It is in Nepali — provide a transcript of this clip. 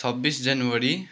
छब्बिस जनवरी